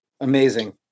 amazing